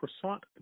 Croissant